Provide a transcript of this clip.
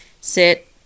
sit